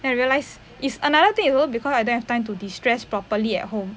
then I realise it's another thing is also because I don't have time to distress properly at home